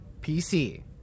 PC